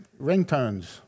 ringtones